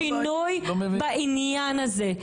ונעשה סוף סוף שינוי בעניין הזה.